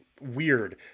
weird